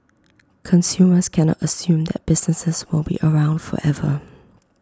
consumers cannot assume that businesses will be around forever